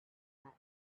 latin